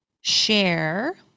share